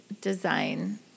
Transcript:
design